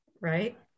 right